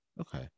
Okay